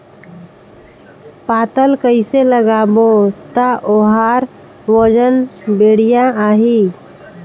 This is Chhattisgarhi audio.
पातल कइसे लगाबो ता ओहार वजन बेडिया आही?